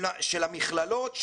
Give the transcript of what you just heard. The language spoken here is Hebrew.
של המכללות,